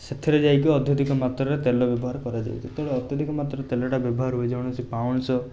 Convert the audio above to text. ସେଥିରେ ଯାଇକି ଅତ୍ୟଧିକ ମାତ୍ରାରେ ତେଲ ବ୍ୟବହାର କରାଯାଏ ଯେତେବେଳେ ଅତ୍ୟଧିକ ମାତ୍ରାରେ ତେଲଟା ବ୍ୟବହାର ହୁଏ ଜଣେ ସେ ପାଉଁଶ